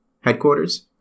headquarters